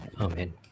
Amen